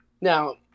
now